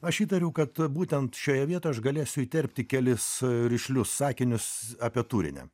aš įtariau kad būtent šioje vietoje aš galėsiu įterpti kelis rišlius sakinius apie turinį